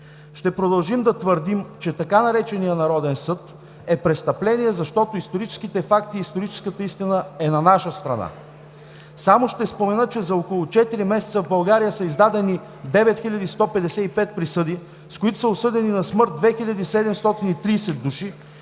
Ще продължим да твърдим, че така нареченият „Народен съд“ е престъпление, защото историческите факти и историческата истина са на наша страна. Само ще спомена, че за около 4 месеца в България са издадени 9155 присъди, с които са осъдени на смърт 2730 души,